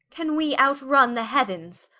can we outrun the heauens?